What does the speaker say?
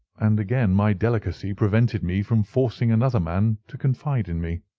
and again my delicacy prevented me from forcing another man to confide in me.